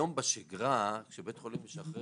היום בשגרה, כשבית חולים משחרר